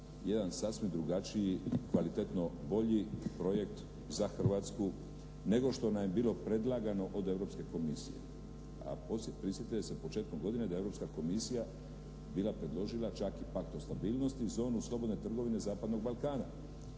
jedan sasvim drugačiji i kvalitetno bolji projekt za Hrvatsku nego što nam je bilo predlagano od Europske komisije. A prisjetite se početkom godine da je Europska komisija bila predložila čak i pakt o stabilnosti i zonu slobodne trgovine zapadnog Balkana.